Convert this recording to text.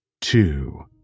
two